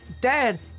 Dad